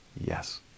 yes